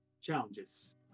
challenges